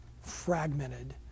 fragmented